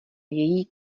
její